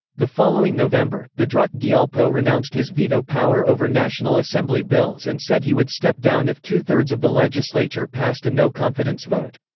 the following november, the druk gyalpo renounced his veto power over national assembly bills and said he would step down if two-thirds of the legislature passed a no-confidence vote.